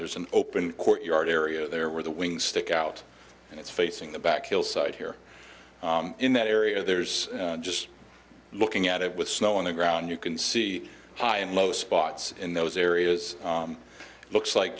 there's an open courtyard area there where the wing stick out and it's facing the back hillside here in that area there's just looking at it with snow on the ground you can see high and low spots in those areas it looks like